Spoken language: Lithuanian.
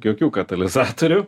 jokių katalizatorių